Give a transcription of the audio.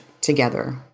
together